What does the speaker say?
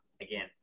again